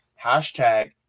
Hashtag